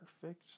perfect